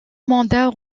mandat